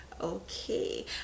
Okay